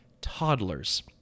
toddlers